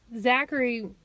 Zachary